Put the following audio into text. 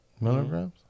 milligrams